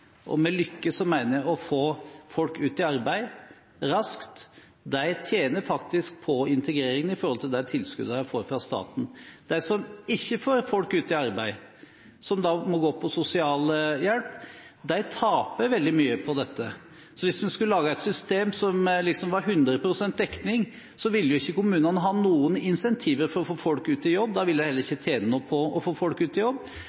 lykkes med integreringen – og med lykkes mener jeg å få folk ut i arbeid raskt – de tjener faktisk på integreringen i forhold til tilskuddene de får fra staten. De som ikke får folk ut i arbeid, som da må gå på sosialhjelp, de taper veldig mye på dette. Så hvis vi skulle laget et system som liksom ga 100 pst. dekning, ville ikke kommunene ha noen incentiver for å få folk ut i jobb, de ville heller ikke tjene noe på å få folk ut i jobb. Så jeg er veldig skeptisk til